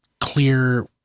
clear